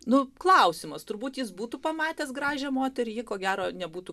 nu klausimas turbūt jis būtų pamatęs gražią moterį ji ko gero nebūtų